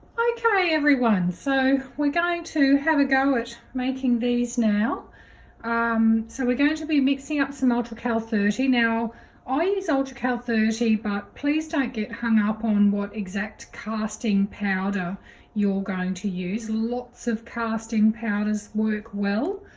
okay everyone so we're going to have a go at making these now um so we're going to be mixing up some ultracal thirty. now i use ultracal thirty but please don't get hung up on what exact casting powder you're going to use lots of casting powders work well